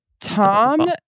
Tom